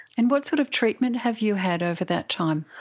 and what sort of treatment have you had over that time?